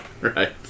right